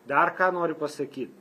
dar ką noriu pasakyt